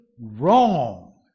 wrong